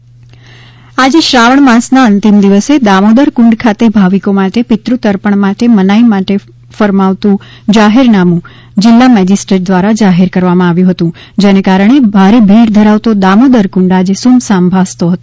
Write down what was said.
byte Nirma Thakor Junagadh આજે શ્રાવણ માસના અંતિમ દિવસે દામોદર કુંડ ખાતે ભાવિકો માટે પિતૃતર્પણ માટે મનાઈ માટે મનાઈ ફરમાવતું જાહેરનામું જિલ્લા મેજિસ્ટ્રેટ દ્વારા જાહેર કરવામાં આવ્યું હતું જેને કારણે ભારે ભીડ ધરાવતો દામોદર કુંડ આજે સુમસામ ભાસતો હતો